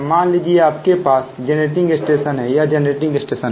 मान लीजिए आपके पास जेनरेटिंग स्टेशन है यह जेनरेटिंग स्टेशन है